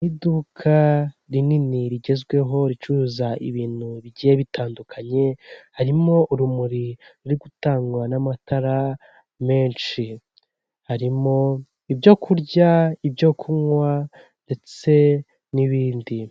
Iduka rinini rigezweho, ricuruza ibintu bigiye bitandukanye, harimo urumuri ruri gutangwa n'amatara menshi. Harimo ibyo kurya, ibyo kunywa ndetse n'ibindi.